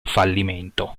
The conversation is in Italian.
fallimento